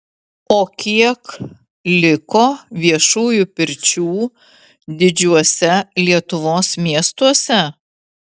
o kiek liko viešųjų pirčių didžiuose lietuvos miestuose